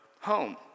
home